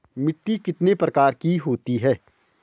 मिट्टी कितने प्रकार की होती है?